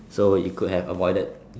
so you could have avoided